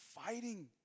fighting